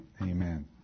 Amen